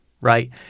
right